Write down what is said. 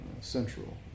central